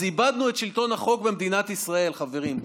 אז איבדנו את שלטון החוק במדינת ישראל, חברים.